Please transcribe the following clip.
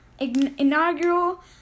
inaugural